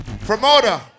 Promoter